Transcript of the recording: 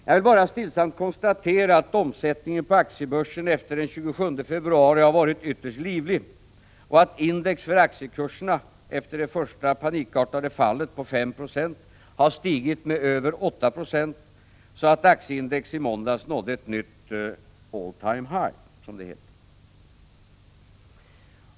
Jag vill bara stillsamt konstatera att omsättningen på aktiebörsen efter den 27 februari har varit ytterst livlig och att index för aktiekurserna, efter det första panikartade fallet på 5 20, har stigit till över 8 96, så att aktieindex i måndags nådde ett nytt ”all time high”, som det heter.